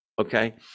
Okay